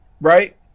right